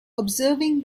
observing